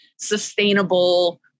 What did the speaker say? sustainable